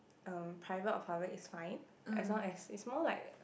uh private or public is fine as long as is more like